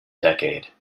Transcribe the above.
decade